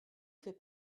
fait